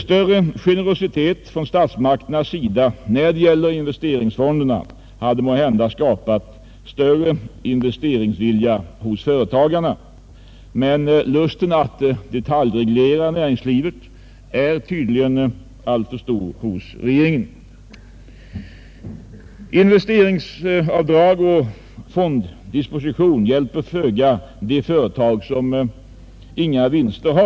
Större generositet från statsmakternas sida när det gäller investeringsfonderna hade måhända skapat större investeringsvilja hos företagarna. Men lusten att detaljreglera näringslivet är tydligen alltför stor hos regeringen. Investeringsavdrag och fondmedelsdisposition hjälper emellertid föga de företag som inga vinster har.